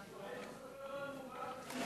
אתה יכול לספר לנו מה תקציב